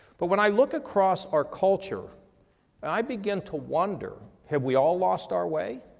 but when i look across our culture and i begin to wonder have we all lost our way?